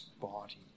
body